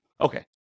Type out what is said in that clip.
okay